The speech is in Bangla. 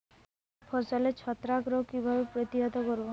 ফসলের ছত্রাক রোগ কিভাবে প্রতিহত করব?